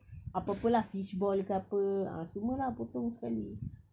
apa-apa lah fishball ke apa ah semua lah potong sekali